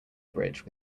bridge